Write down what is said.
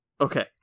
okay